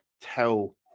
tell